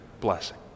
blessing